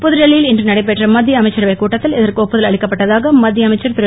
புதுடெல்லியில் இன்று நடைபெற்ற மத்திய அமைச்சரவைக் கூட்டத்தில் இதற்கு ஒப்புதல் அளிக்கப்பட்டதாக மத்திய அமைச்சர் திரு